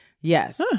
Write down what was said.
Yes